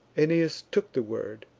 aeneas took the word,